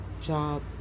job